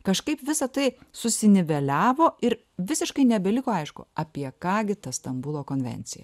kažkaip visa tai susiniveliavo ir visiškai nebeliko aišku apie ką gi ta stambulo konvencija